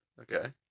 Okay